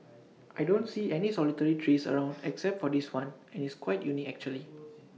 I don't see any solitary trees around except for this one and it's quite unique actually